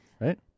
Right